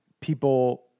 people